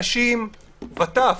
נשים וטף,